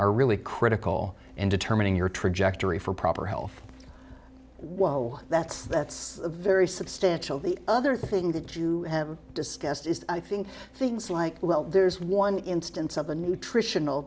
are really critical in determining your trajectory for proper health well that's that's a very substantial the other thing that you have discussed is i think things like well there's one instance of the nutritional